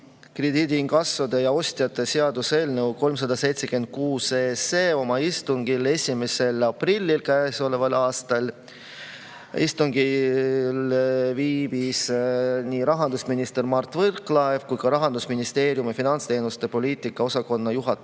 krediidiinkassode ja ‑ostjate seaduse eelnõu 376 oma istungil 1. aprillil käesoleval aastal. Istungil viibis nii rahandusminister Mart Võrklaev kui ka Rahandusministeeriumi finantsteenuste poliitika osakonna juhataja